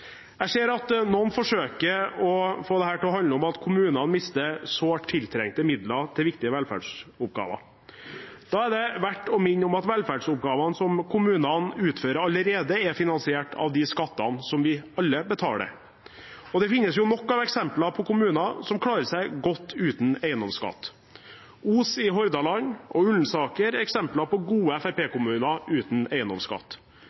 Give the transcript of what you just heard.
Jeg ser at noen forsøker å få dette til å handle om at kommuner mister sårt tiltrengte midler til viktige velferdsoppgaver. Da er det verdt å minne om at velferdsoppgavene som kommunene utfører, allerede er finansiert av de skattene som vi alle betaler. Det finnes nok av eksempler på kommuner som klarer seg godt uten eiendomsskatt. Os i Hordaland og Ullensaker er eksempler på gode FrP-kommuner uten eiendomsskatt.